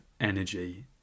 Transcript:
energy